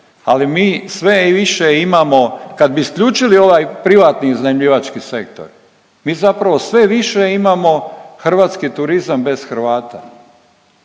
ali mi sve više imamo kad bi isključili ovaj privatni iznajmljivački sektor, mi zapravo sve više imamo hrvatski turizam bez Hrvata.